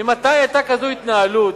מתי היתה כזאת התנהלות,